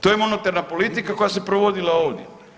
To je monetarna politika koja se provodila ovdje.